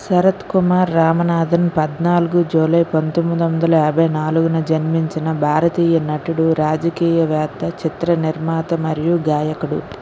శరత్కుమార్ రామనాథన్ పద్నాలుగు జూలై పంతొమ్మిదొందల యాభై నాలుగున జన్మించిన భారతీయ నటుడు రాజకీయవేత్త చిత్ర నిర్మాత మరియు గాయకుడు